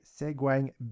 segueing